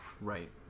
Right